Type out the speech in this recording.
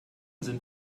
sind